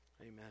Amen